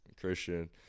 christian